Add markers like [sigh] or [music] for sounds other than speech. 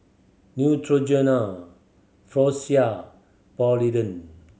Neutrogena [unintelligible] Polident